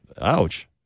Ouch